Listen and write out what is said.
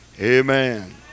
Amen